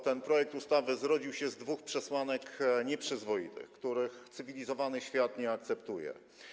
Ten projekt ustawy zrodził się z dwóch przesłanek nieprzyzwoitych, których cywilizowany świat nie akceptuje.